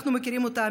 אנחנו מכירים אותה,